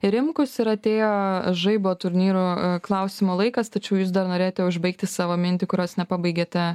rimkus ir atėjo žaibo turnyro klausimo laikas tačiau jūs dar norėjote užbaigti savo mintį kurios nepabaigėte